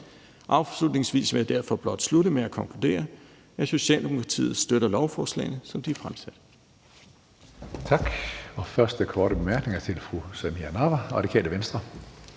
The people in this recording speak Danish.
Afslutningsvis vil jeg derfor blot slutte med at konkludere, at Socialdemokratiet støtter lovforslagene, som de er fremsat.